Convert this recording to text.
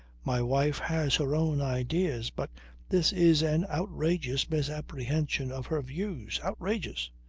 my wife has her own ideas, but this is an outrageous misapprehension of her views. outrageous.